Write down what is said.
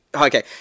okay